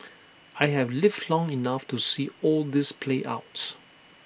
I have lived long enough to see all this play out